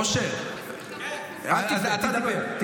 אושר --- אל תפנה אליו.